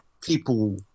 people